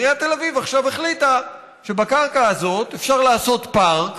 ועיריית תל אביב עכשיו החליטה שבקרקע הזאת אפשר לעשות פארק